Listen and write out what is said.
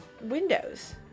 Windows